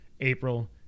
April